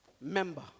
member